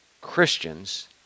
Christians